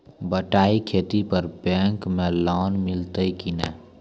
बटाई खेती पर बैंक मे लोन मिलतै कि नैय?